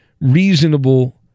reasonable